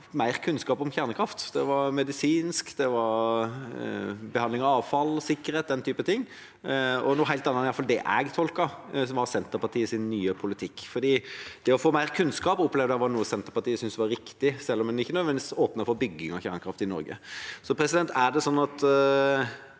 mer kunnskap om kjernekraft. Det var medisinsk, det var behandling av avfall, sikkerhet – den type ting. Det var noe helt annet enn iallfall det jeg tolket var Senterpartiets nye politikk, for det å få mer kunnskap opplevde jeg var noe Senterpartiet syntes var riktig, selv om en ikke nødvendigvis åpnet for bygging av kjernekraft i Norge. Er det slik at